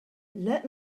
let